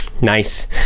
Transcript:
Nice